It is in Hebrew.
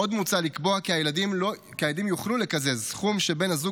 עוד מוצע לקבוע כי הילדים יוכלו לקזז סכום שבן הזוג